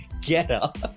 getup